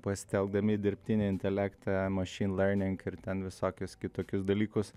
pasitelkdami dirbtinį intelektą machine learning ir ten visokius kitokius dalykus